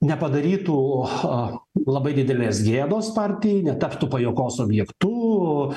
nepadarytų labai didelės gėdos partijai netaptų pajuokos objektu